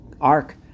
ark